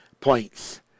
points